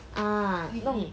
ah 你你